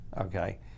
okay